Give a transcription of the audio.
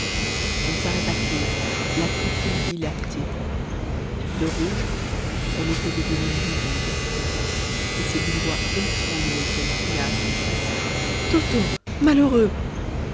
elle s'arrêta court la pupille dilatée de rouge elle était devenue livide et c'est d'une voix étranglée qu'elle cria à son fils toto malheureux